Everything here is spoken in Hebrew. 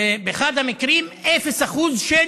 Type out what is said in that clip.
ובאחד המקרים, 0% של